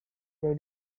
they